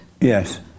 Yes